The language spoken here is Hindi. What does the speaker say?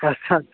अच्छा